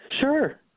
Sure